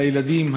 אל הילדים,